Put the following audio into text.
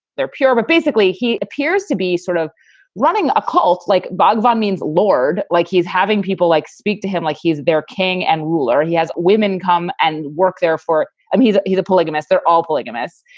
they're pure, but basically he appears to be sort of running a cult like bhagwat means lord, like he's having people like speak to him like he's their king and ruler. he has. women come and work. therefore, um he's he's a polygamist. they're all polygamists.